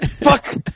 Fuck